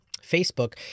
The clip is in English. facebook